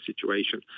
situation